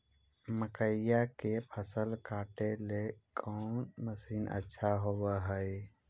मकइया के फसल काटेला कौन मशीन अच्छा होव हई?